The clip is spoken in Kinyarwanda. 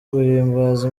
guhimbaza